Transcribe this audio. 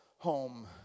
Home